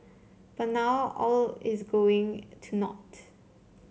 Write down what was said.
but now all is going to naught